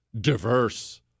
diverse